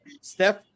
Steph